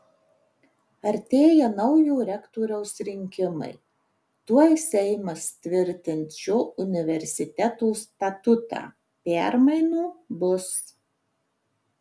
artėja naujo rektoriaus rinkimai tuoj seimas tvirtins šio universiteto statutą permainų bus